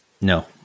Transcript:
no